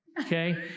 Okay